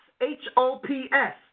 H-O-P-S